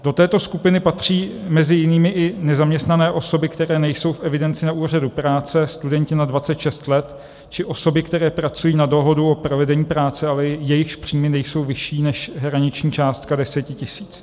Do této skupiny patří mezi jinými i nezaměstnané osoby, které nejsou v evidenci na úřadu práce, studenti nad 26 let či osoby, které pracují na dohodu o provedení práce, ale jejichž příjmy nejsou vyšší než hraniční částka 10 tisíc.